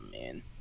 man